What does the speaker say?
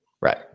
Right